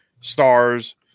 stars